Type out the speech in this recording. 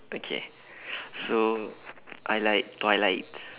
okay so I like twilight